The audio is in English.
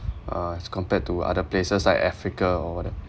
uh as compared to other places like africa or whatever